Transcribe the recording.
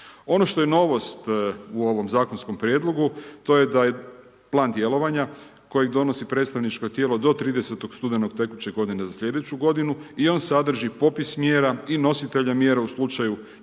Ono što je novost u ovom zakonskom prijedlogu, to je da je plan djelovanja, koji donosi predstavničko tijelo do 30. studenog tekuće godine za slijedeću godinu i on sadrži popis mjera i nositelja mjera u slučaju